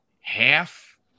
half